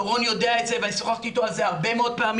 דורון יודע את זה ואני שוחחתי איתו על זה הרבה פעמים,